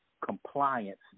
compliance